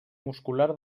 muscular